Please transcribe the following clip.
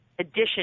addition